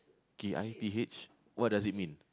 K I T H what does it mean